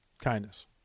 kindness